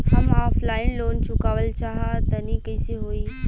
हम offline loan चुकावल चाहऽ तनि कइसे होई?